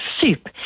soup